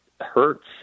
hurts